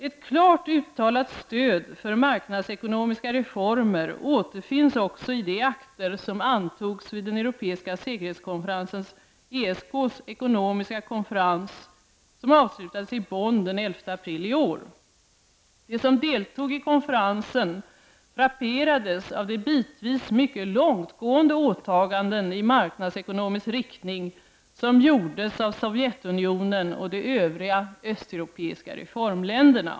Ett klart uttalat stöd för marknadsekonomiska reformer återfinns också i de akter som antogs vid den Europeiska säkerhetskonferensens, ESK:s, ekonomiska konferens som avslutades i Bonn den 11 april i år. De som deltog i konferensen frapperades av de bitvis mycket långtgående åtaganden i marknadsekonomisk riktning som gjordes av Sovjetunionen och de övriga östeuropeiska reformländerna.